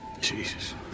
Jesus